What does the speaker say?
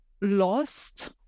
lost